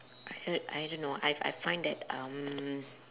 I heard I don't know I I find that um